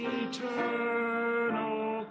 eternal